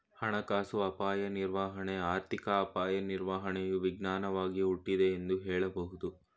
ಹಣಕಾಸು ಅಪಾಯ ನಿರ್ವಹಣೆ ಆರ್ಥಿಕ ಅಪಾಯ ನಿರ್ವಹಣೆಯು ವಿಜ್ಞಾನವಾಗಿ ಹುಟ್ಟಿದೆ ಎಂದು ಹೇಳಬಹುದು